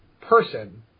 person